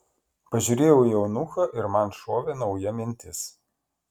pažiūrėjau į eunuchą ir man šovė nauja mintis